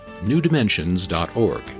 newdimensions.org